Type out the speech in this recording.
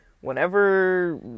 whenever